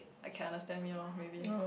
I can understand me lor maybe